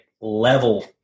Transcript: level